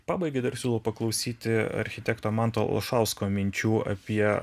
pabaigai dar siūlau paklausyti architekto manto olšausko minčių apie